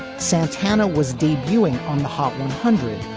santana was debuting on the hot one hundred.